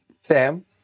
Sam